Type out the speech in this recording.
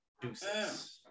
Deuces